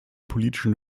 politischen